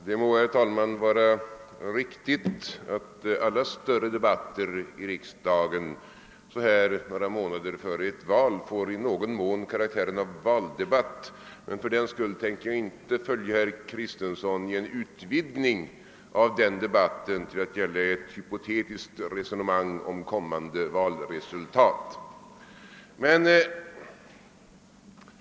Det må vara riktigt, herr talman, att alla större debatter i riksdagen så här några månader före ett val i någon mån får karaktär av valdebatter, men fördenskull tänker jag inte följa herr Kristenson när han utvidgar debatten till att gälla ett hypotetiskt resonemang om ett kommande valresultat.